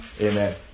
Amen